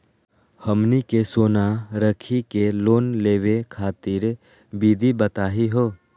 हमनी के सोना रखी के लोन लेवे खातीर विधि बताही हो?